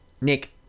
Nick